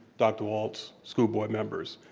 dr. walts, school board members.